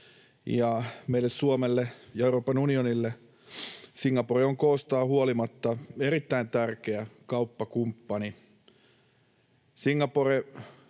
meille, Suomelle ja Euroopan unionille, Singapore on koostaan huolimatta erittäin tärkeä kauppakumppani.